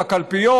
גם בקלפיות.